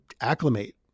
acclimate